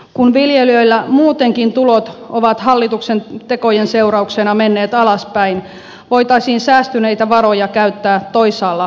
kun viljelijöillä muutenkin tulot ovat hallituksen tekojen seurauksena menneet alaspäin voitaisiin säästyneitä varoja käyttää toisaalla maatalouden hyväksi